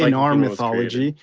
like our mythology,